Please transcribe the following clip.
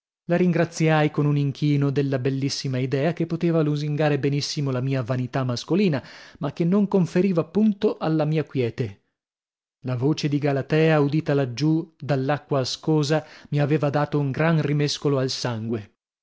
la ringraziai con un inchino della bellissima idea che poteva lusingare benissimo la mia vanità mascolina ma che non conferiva punto alla mia quiete la voce di galatea udita laggiù dall'acqua ascosa mi aveva dato un gran rimescolo al sangue